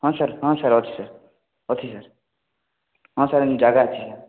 ହଁ ସାର୍ ହଁ ସାର୍ ଅଛି ସାର୍ ଅଛି ସାର୍ ହଁ ସାର୍ ଯାଗା ଅଛି